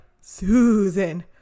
Susan